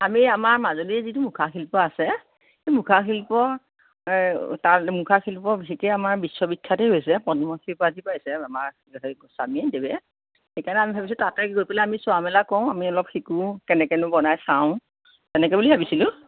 আমি আমাৰ মাজুলীৰ যিটো মুখা শিল্প আছে সেই মুখা শিল্পৰ তাত মুখা শিল্প শিকিয়ে আমাৰ বিশ্ব বিখ্যাতেই হৈছে পদ্মশ্ৰী উপাধি পাইছে আমাৰ হেৰি স্বামীদেৱে সেইকাৰণে আমি ভাবিছোঁ তাতে পেলাই আমি অলপ চোৱা মেলা কৰোঁ আমি অলপ শিকো কেনেকেনো বনাই চাওঁ তেনেকৈ বুলি ভাবিছিলোঁ